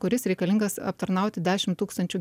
kuris reikalingas aptarnauti dešim tūkstančių